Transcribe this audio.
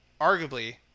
arguably